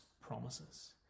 promises